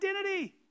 identity